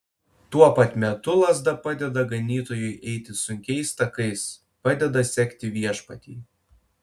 tuo pat metu lazda padeda ganytojui eiti sunkiais takais padeda sekti viešpatį